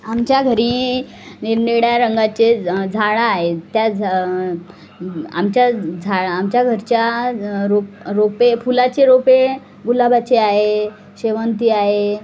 आमच्या घरी निरनिराळ्या रंगाचे झाडं आहे त्या झा आमच्या झा आमच्या घरच्या रोप रोपे फुलाचे रोपे गुलाबाचे आहे शेवंती आहे